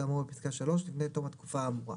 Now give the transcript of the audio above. כאמור בפסקה (3) לפני תום התקופה האמורה.